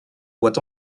voit